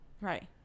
Right